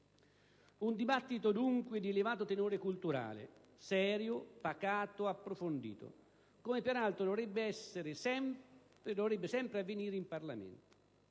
un dibattito di elevato tenore culturale, serio, pacato e approfondito, come peraltro dovrebbe sempre avvenire in Parlamento.